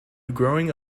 growing